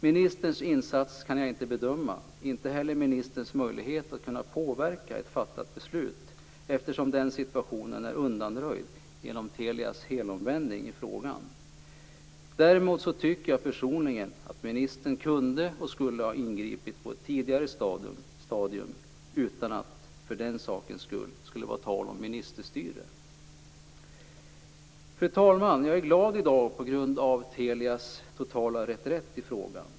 Ministerns insats kan jag inte bedöma, inte heller ministerns möjlighet att påverka ett fattat beslut, eftersom den situationen är undanröjd genom Telias helomvändning i frågan. Däremot tycker jag personligen att ministern kunde och skulle ha ingripit på ett tidigare stadium utan att det för den sakens skull skulle vara tal om ministerstyre. Fru talman! Jag är glad i dag på grund av Telias totala reträtt i frågan.